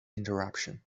interruption